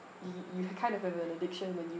you you kind of have an addiction when you